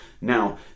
Now